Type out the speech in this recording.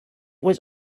was